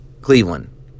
Cleveland